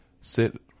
sit